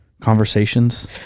conversations